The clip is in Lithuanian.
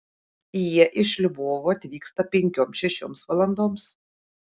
jie iš lvovo atvyksta penkioms šešioms valandoms